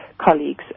colleagues